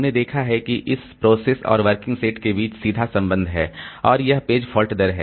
हमने देखा है कि इस प्रोसेस और वर्किंग सेट के बीच सीधा संबंध है और यह पेज फॉल्ट दर है